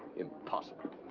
impossible.